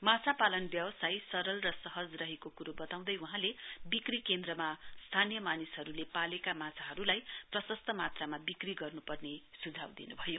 माछापलन व्यावसाय सरल र सहज रहेको कुरो बताउँदै वहाँले बिक्री केन्द्रमा स्थानीय मानिसहरूले पालेका माछाहरूलाई प्रशस्त मात्रामा बिक्री गर्नुपर्ने सुझाउ दिनुभयो